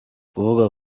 kuvuga